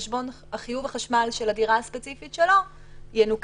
מחיוב חשבון החשמל של הדירה הספציפית שלו ינוכו